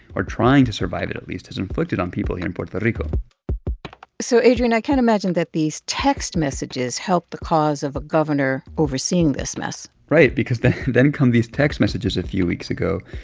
or trying to survive it at least, has inflicted on people here in puerto rico so adrian, i can't imagine that these text messages helped the cause of a governor overseeing this mess right, because then then come these text messages a few weeks ago,